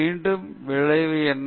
மீண்டும் விளைவு என்ன